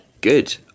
Good